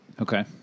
Okay